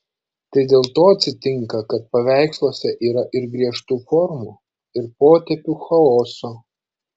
tai dėl to atsitinka kad paveiksluose yra ir griežtų formų ir potėpių chaoso